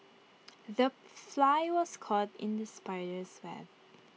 the fly was caught in the spider's web